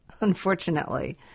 unfortunately